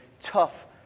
tough